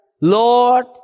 Lord